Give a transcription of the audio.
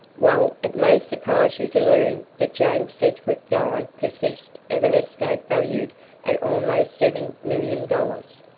well, it may surprise you to learn that james sedgwick died possessed of an estate valued at almost seven million dollars.